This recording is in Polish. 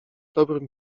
dobrym